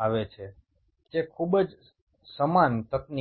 ঘটাতে সাহায্য করে